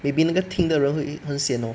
maybe 那个听的人会很 sian lor